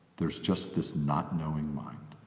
there's just this not-knowing mind